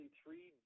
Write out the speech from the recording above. three